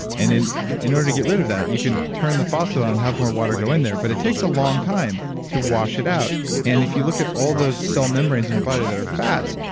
and in in order to get rid of that, you can turn the faucet on and have more water go in there but it takes a long time to wash it out and if you look at all those cell membranes in your body that are fats,